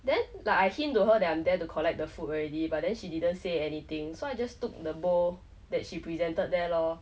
then like I hint to her that I'm there to collect the food already but then she didn't say anything so I just took the bowl that she presented there loh